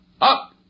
Up